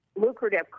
lucrative